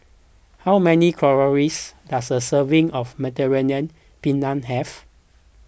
how many calories does a serving of Mediterranean Penne have